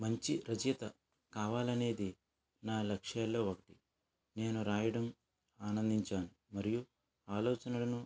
మంచి రచయత కావాలి అనేది నా లక్ష్యాల్లో ఒకటి నేను రాయడం ఆనందించాను మరియు ఆలోచనలను